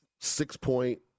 six-point